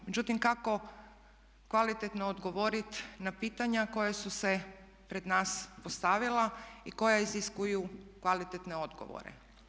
Međutim, kako kvalitetno odgovorit na pitanja koja su se pred nas postavila i koja iziskuju kvalitetne odgovore.